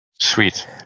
Sweet